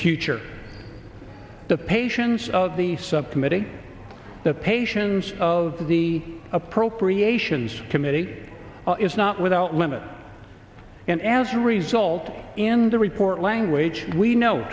future the patients of the subcommittee the patients of the appropriations committee is not without limit and as a result in the report language we know